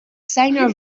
seiner